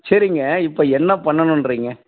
சரிங்க இப்போ என்ன பண்ணனும்ன்றிங்க